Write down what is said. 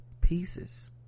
pieces